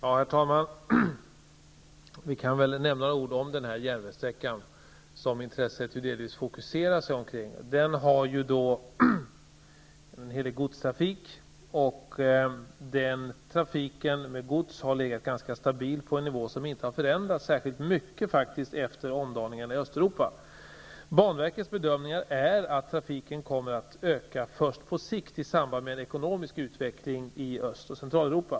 Herr talman! Jag kan nämna några ord om denna järnvägssträcka som intresset delvis fokuseras kring. Den har en hel del godstrafik, och denna trafik med gods har legat på en ganska stabil nivå. Den har faktiskt inte förändrats särskilt mycket efter omdaningarna i Östeuropa. Banverkets bedömning är att trafiken kommer att öka först på sikt i samband med en ekonomisk utveckling i Östoch Centraleuropa.